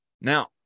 now